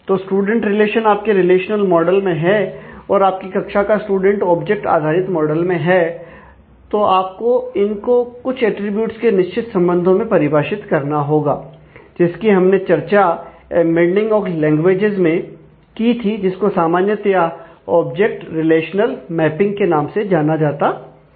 तो स्टूडेंट के नाम से जाना जाता है